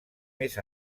més